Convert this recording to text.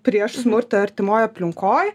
prieš smurtą artimoj aplinkoj